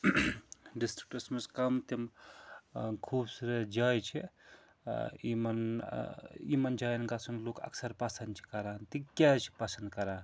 ڈِسٹِرٛکَس منٛز کَم تِم خوٗبصوٗرت جایہِ چھِ یِمَن یِمَن جایَن گژھُن لُکھ اَکثر پَسنٛد چھِ کَران تکیٛازِ چھِ پَسنٛد کَران